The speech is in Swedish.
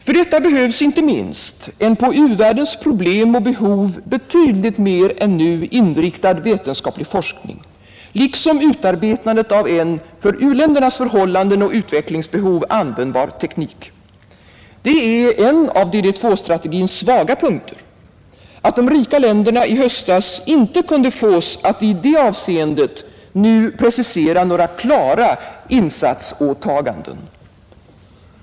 För detta behövs inte minst en på u-världens problem och behov betydligt mer än nu inriktad vetenskaplig forskning, liksom utarbetandet av en för u-ländernas förhållanden och utvecklingsbehov användbar teknik. Det är en av DD2-strategins svaga punkter, att de rika länderna i höstas inte kunde fås att i det avseendet nu precisera några klara insatsåtaganden.